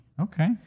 Okay